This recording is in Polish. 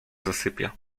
zasypia